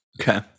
Okay